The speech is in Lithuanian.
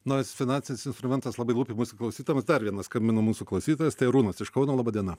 naujas finansinis instrumentas labai lūpi mūsų klausytojams dar vienas skambino mūsų klausytojas tai arūnas iš kauno laba diena